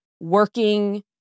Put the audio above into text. working